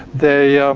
they